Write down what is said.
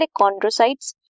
chondrocytes